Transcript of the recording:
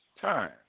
time